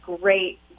great